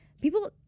people